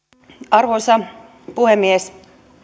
arvoisa puhemies kyllä